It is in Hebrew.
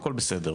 הכול בסדר,